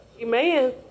Amen